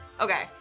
Okay